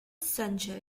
sanjay